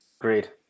Great